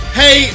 hey